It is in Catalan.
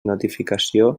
notificació